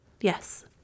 Yes